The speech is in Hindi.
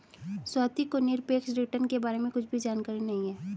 स्वाति को निरपेक्ष रिटर्न के बारे में कुछ भी जानकारी नहीं है